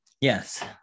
yes